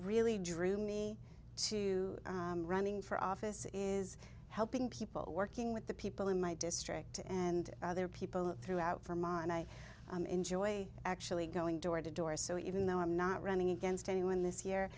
really drew me to running for office is helping people working with the people in my district and other people throughout vermont i enjoy actually going door to door so even no i'm not running against anyone this year